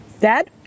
Dad